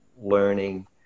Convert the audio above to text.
learning